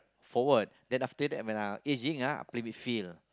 forward then after that when I aging ah I play midfield